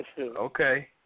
Okay